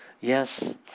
yes